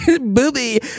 booby